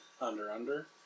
under-under